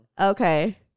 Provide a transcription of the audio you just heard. Okay